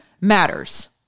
matters